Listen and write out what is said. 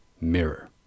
mirror